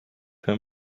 him